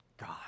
God